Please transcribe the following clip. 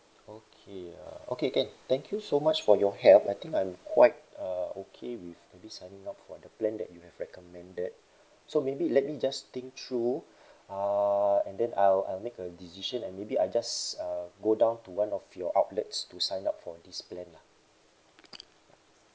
okay uh okay can thank you so much for your help I think I'm quite uh okay with maybe signing up for the plan that you have recommended so maybe let me just think through uh and then I'll I'll make a decision and maybe I just uh go down to one of your outlets to sign up for this plan lah